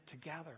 together